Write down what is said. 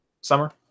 summer